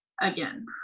again